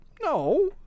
No